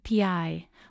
API